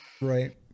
right